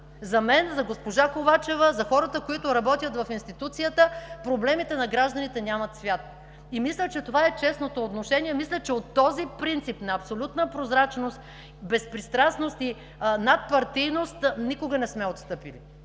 за мен, за госпожа Ковачева, за хората, които работят в институцията, проблемите на гражданите нямат цвят. И мисля, че това е честното отношение. Мисля, че от този принцип на абсолютна прозрачност, безпристрастност и надпартийност никога не сме отстъпили,